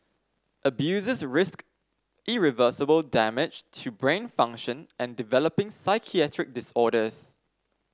abusers risked irreversible damage to brain function and developing psychiatric disorders